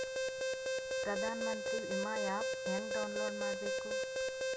ಪ್ರಧಾನಮಂತ್ರಿ ವಿಮಾ ಆ್ಯಪ್ ಹೆಂಗ ಡೌನ್ಲೋಡ್ ಮಾಡಬೇಕು?